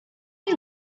you